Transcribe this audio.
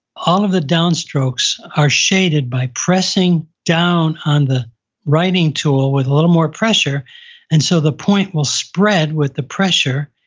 all of the downstrokes are shaded by pressing down on the writing tool with a little more pressure and so the point will spread with the pressure,